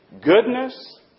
goodness